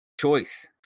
choice